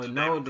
no